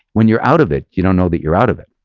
when you're out of it, you don't know that you're out of it.